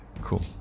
cool